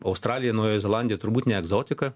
australija naujoji zelandija turbūt ne egzotika